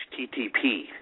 HTTP